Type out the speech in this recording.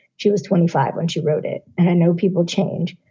she was twenty five when she wrote it. and i know people change,